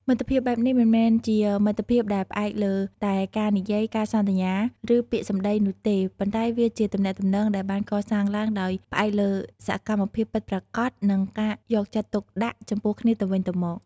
មិត្តភាពបែបនេះមិនមែនជាមិត្តភាពដែលផ្អែកលើតែការនិយាយ ការសន្យា ឬពាក្យសម្ដីនោះទេ ប៉ុន្តែវាជាទំនាក់ទំនងដែលបានកសាងឡើងដោយផ្អែកលើសកម្មភាពពិតប្រាកដនិងការយកចិត្តទុកដាក់ចំពោះគ្នាទៅវិញទៅមក។